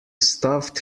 stuffed